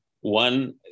one